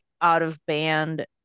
out-of-band